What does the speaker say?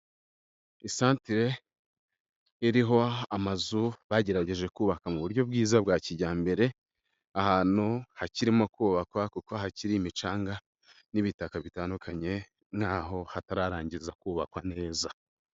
Ni santere, iriho amazu bagerageje kubaka mu buryo bwiza bwa kijyambere, ahantu hakirimo kubakwa kuko hakiri imicanga n'ibitaka bitandukanye naho hatararangiza kubakwa neza.